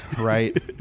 right